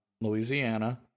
Louisiana